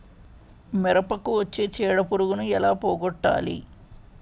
మిరపకు వచ్చే చిడపురుగును ఏల పోగొట్టాలి?